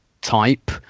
type